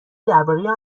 درباره